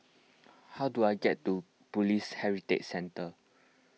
how do I get to Police Heritage Centre